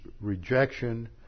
rejection